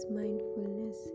mindfulness